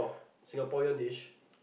Singaporean dish